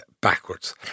backwards